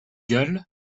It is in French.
galle